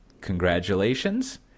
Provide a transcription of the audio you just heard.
Congratulations